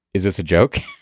is this a joke?